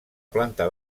planta